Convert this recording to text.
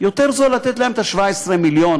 יותר זול לתת להם את ה-17 מיליון,